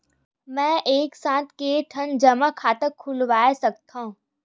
मैं एक साथ के ठन जमा खाता खुलवाय सकथव?